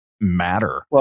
matter